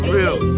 Real